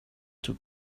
took